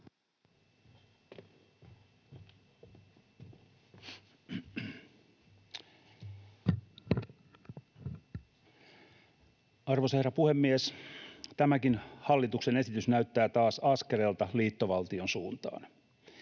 Arvoisa herra puhemies! Tämäkin hallituksen esitys näyttää taas askeleelta liittovaltion suuntaan.